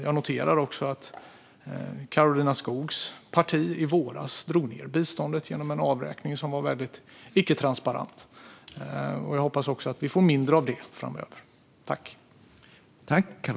Jag noterar att Karolina Skogs parti i våras drog ned biståndet genom en avräkning som var väldigt icke-transparent. Jag hoppas att vi får mindre av det framöver.